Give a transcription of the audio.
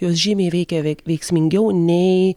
jos žymiai veikia veiksmingiau nei